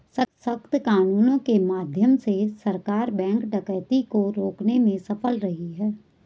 सख्त कानूनों के माध्यम से सरकार बैंक डकैती को रोकने में सफल रही है